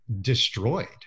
destroyed